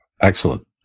Excellent